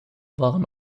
waren